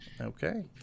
Okay